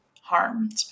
harmed